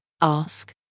Ask